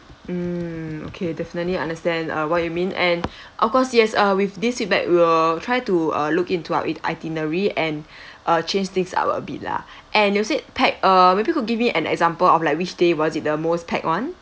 mm okay definitely I understand uh what you mean and of course yes uh with this feedback we will try to uh look into our itinerary and uh change things up a bit lah and you say packed err maybe you could give me an example of like which day was it the most packed [one]